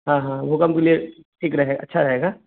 हाँ हाँ भूकंप के लिए ठीक रहे अच्छा रहेगा